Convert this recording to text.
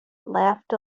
laughed